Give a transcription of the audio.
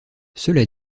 cela